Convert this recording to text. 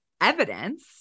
evidence